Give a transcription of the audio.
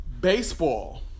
Baseball